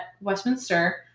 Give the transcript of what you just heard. Westminster